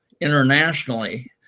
internationally